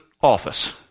office